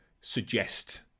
suggest